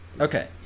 Okay